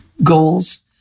goals